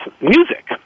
music